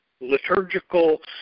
liturgical